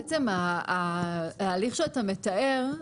בעצם, ההליך שאתה מתאר,